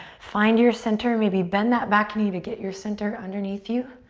find your center, maybe bend that back knee to get your center underneath you.